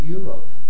Europe